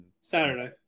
Saturday